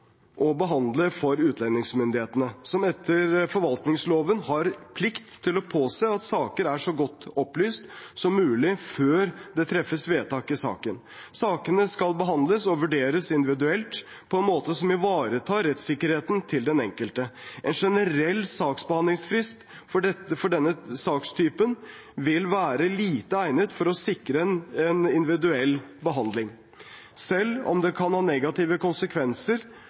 for utlendingsmyndighetene, som etter forvaltningsloven har plikt til å påse at saker er så godt opplyst som mulig før det treffes vedtak i saken. Sakene skal behandles og vurderes individuelt på en måte som ivaretar rettssikkerheten til den enkelte. En generell saksbehandlingsfrist for denne sakstypen vil være lite egnet til å sikre en individuell behandling. Selv om det kan ha negative konsekvenser